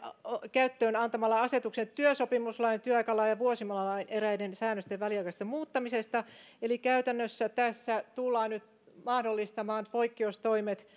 käyttöön antamalla asetukset työsopimuslain työaikalain ja vuosilomalain eräiden säännösten väliaikaisesta muuttamisesta eli käytännössä tässä tullaan nyt mahdollistamaan poikkeustoimet